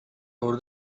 over